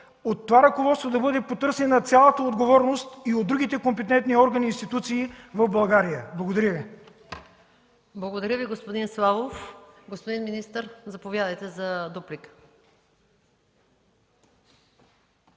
от това ръководство да бъде потърсена цялата отговорност и от другите компетентни органи и институции в България. Благодаря. ПРЕДСЕДАТЕЛ МАЯ МАНОЛОВА: Благодаря, господин Славов. Господин министър, заповядайте за дуплика.